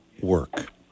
work